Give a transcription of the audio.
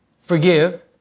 forgive